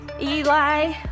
eli